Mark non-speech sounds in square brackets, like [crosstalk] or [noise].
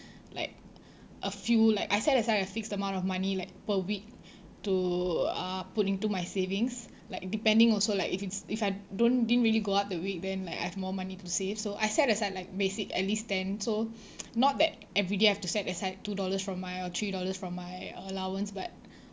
like a few like I set aside a fixed amount of money like per week [breath] to uh put into my savings like depending also like if it's if I don't didn't really go out the week then like I have more money to save so I set aside like basic at least ten so [breath] not that every day I have to set aside two dollars from my or three dollars from my allowance but [breath]